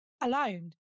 Alone